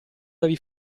devi